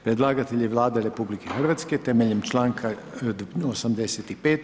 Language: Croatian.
Predlagatelj je Vlada RH temeljem članka 85.